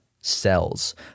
cells